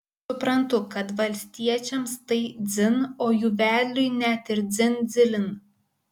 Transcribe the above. suprantu kad valstiečiams tai dzin o jų vedliui net ir dzin dzilin